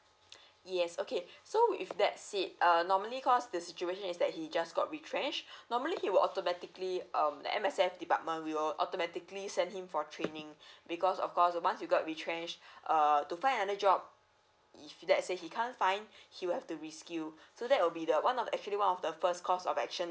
yes okay so if let's say err normally cause the situation is that he just got retrenched normally he will automatically um the M_S_F department we will automatically send him for training because of course once you got retrenched err to find another job if let's say he can't find he will have to so that will be the one of the actually one of the first course of action